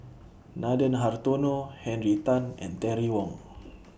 Nathan Hartono Henry Tan and Terry Wong